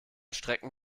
strecken